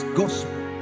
gospel